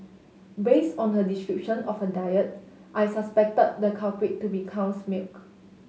based on her description of her diet I suspected the culprit to be cow's milk